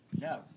No